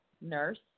nurse